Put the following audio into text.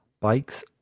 bikes